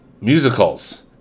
musicals